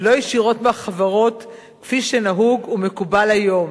ולא ישירות מהחברות כפי שנהוג ומקובל היום.